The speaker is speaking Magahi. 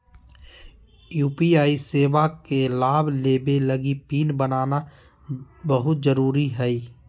यू.पी.आई सेवा के लाभ लेबे लगी पिन बनाना बहुत जरुरी हइ